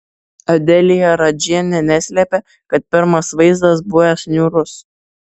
adelija radžienė neslėpė kad pirmas vaizdas buvęs niūrus